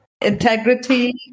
Integrity